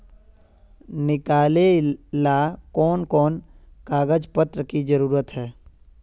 निकाले ला कोन कोन कागज पत्र की जरूरत है?